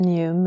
New